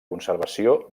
conservació